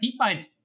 DeepMind